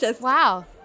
Wow